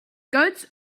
goats